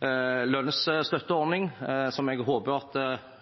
lønnsstøtteordningen; jeg håper at